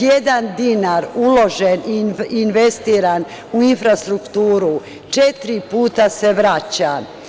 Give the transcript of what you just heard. Jedan dinar uložen i investiran u infrastrukturu četiri puta se vraća.